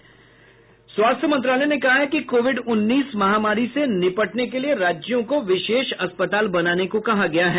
स्वास्थ्य मंत्रालय ने कहा है कि कोविड उन्नीस महामारी से निपटने के लिए राज्यों को विशेष अस्पताल बनाने को कहा गया है